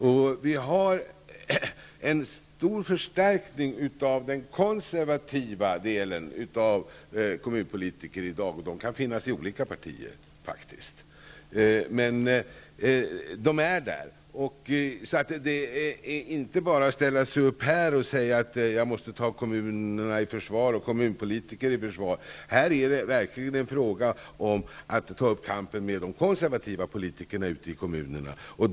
Det har i dag skett en stor förstärkning av den konservativa delen av kommunpolitikerna. De kan faktiskt finnas i olika partier, men de finns där. Det är inte bara att ställa sig upp här och säga att jag måste ta kommunerna och kommunpolitikerna i försvar. Det är här verkligen fråga om att ta upp kampen med de konservativa politikerna ute i kommunerna.